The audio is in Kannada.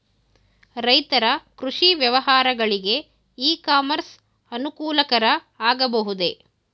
ರೈತರ ಕೃಷಿ ವ್ಯವಹಾರಗಳಿಗೆ ಇ ಕಾಮರ್ಸ್ ಅನುಕೂಲಕರ ಆಗಬಹುದೇ?